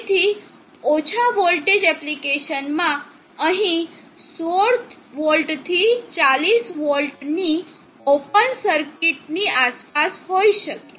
તેથી ઓછા વોલ્ટેજ એપ્લિકેશનમાં આ અહીં 16 વોલ્ટ થી 40 વોલ્ટની ઓપન સર્કિટની આસપાસ હોઈ શકે છે